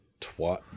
twat